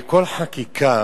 בכל חקיקה